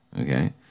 Okay